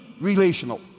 relational